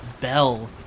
bell